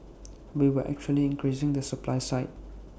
we were actually increasing the supply side